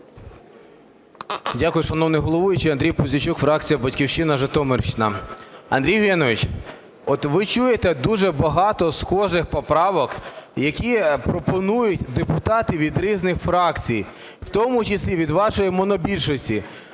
Дякую, шановний головуючий. Андрій Пузійчук, фракція "Батьківщина", Житомирщина. Андрій Євгенович, от ви чуєте дуже багато схожих поправок, які пропонують депутати від різних фракцій, в тому числі від вашої монобільшості.